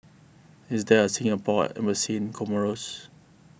is there a Singapore Embassy in Comoros